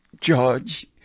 George